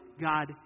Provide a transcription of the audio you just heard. God